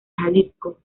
jalisco